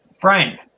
Brian